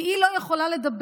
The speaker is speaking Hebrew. כי היא לא יכולה לדבר,